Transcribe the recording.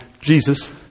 Jesus